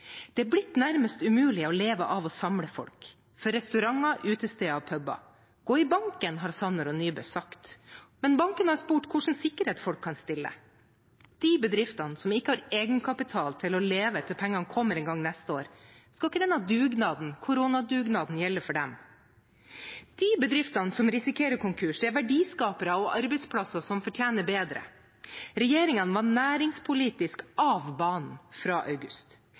Det er blitt nærmest umulig å leve av å samle folk – for restauranter, utesteder og puber. Gå i banken, har Sanner og Nybø sagt, men bankene har spurt hvilken sikkerhet folk kan stille. De bedriftene som ikke har egenkapital til å leve til pengene kommer en gang til neste år – skal ikke denne koronadugnaden gjelde for dem? De bedriftene som risikerer konkurs, er verdiskapere og arbeidsplasser som fortjener bedre. Regjeringen var næringspolitisk av banen fra august.